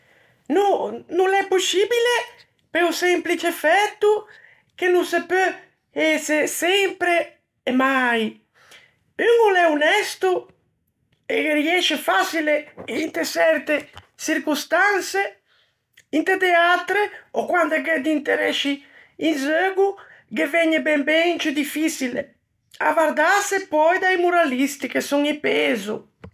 No, no l'é poscibile, pe-o semlpice fæto che no se peu ëse "sempre" e "mai"; un o l'é onesto, e ghe riësce façile inte çerte çirconstanse, inte de atre, ò quande gh'é di interesci in zeugo, ghe vëgne ben ben ciù diffiçile. Avvardâse, pöi, da-i moralisti, che son i pezo.